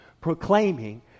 proclaiming